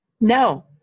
No